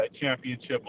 championship